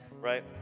right